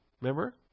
Remember